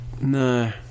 no